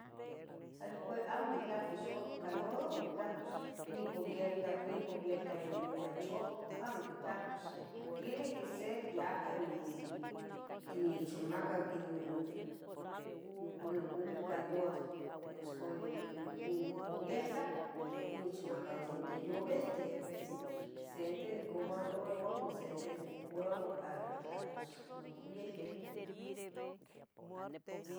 Hay cue, amo quitlapos youac canduodo amo quitlapos, ni pubierta, ni pubierta ino quipia chuapah amo quitlapos, tiene que ser yaha ino tli nichomacac ino noca noconcou canduado, noso canih ohconon nopubierta ohcon nechmaca unte llavehten. Um, sente nocoguardaroua ua sente nocuparoua tla pos nopubierta.